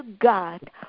God